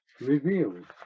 revealed